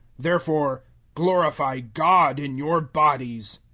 therefore glorify god in your bodies.